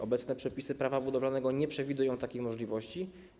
Obecne przepisy Prawa budowlanego nie przewidują takiej możliwości.